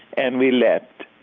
and we left.